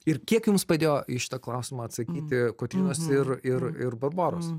ir kiek jums padėjo į šitą klausimą atsakyti kotrynos ir ir ir barboros